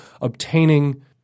obtaining